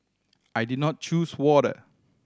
I did not choose water